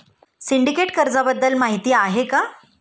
Syndicate कर्जाबद्दल माहिती आहे का?